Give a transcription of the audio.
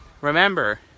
Remember